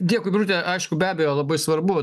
dėkui birute aišku be abejo labai svarbu